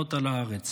האחרונות על הארץ.